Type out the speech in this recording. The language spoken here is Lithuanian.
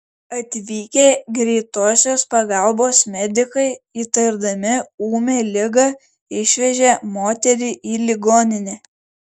atvykę greitosios pagalbos medikai įtardami ūmią ligą išvežė moterį į ligoninę